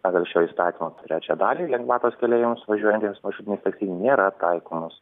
pagal šio įstatymo trečią dalį lengvatos keleiviams važiuojantiems maršrutiniais taksi nėra taikomos